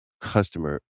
customer